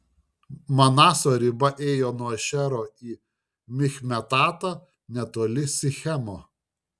manaso riba ėjo nuo ašero į michmetatą netoli sichemo